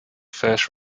first